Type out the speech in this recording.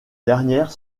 dernières